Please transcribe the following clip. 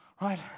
right